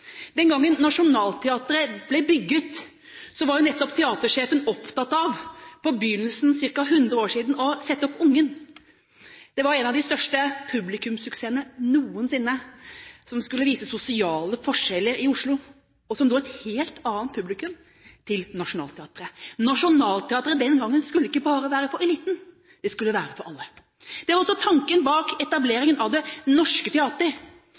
Den gangen Nationaltheatret ble bygd, var jo nettopp teatersjefen opptatt av, på begynnelsen, for ca. 100 år siden, å sette opp «Ungen». Det var en av de største publikumssuksessene noensinne, som skulle vise sosiale forskjeller i Oslo, og som dro et helt annet publikum til Nationaltheatret. Nationaltheatret den gangen skulle ikke bare være for eliten, det skulle være for alle. Det var også tanken bak etableringen av Det Norske